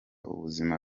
ubuzima